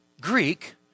Greek